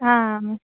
आम्